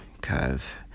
curve